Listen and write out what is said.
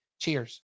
Cheers